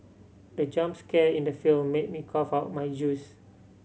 the jump scare in the film made me cough out my juice